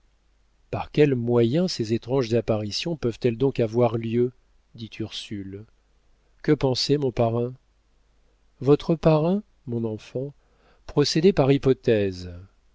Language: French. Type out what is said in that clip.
par quels moyens ces étranges apparitions peuvent-elles donc avoir lieu dit ursule que pensait mon parrain votre parrain mon enfant procédait par hypothèses